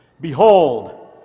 Behold